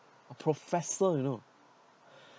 professor you know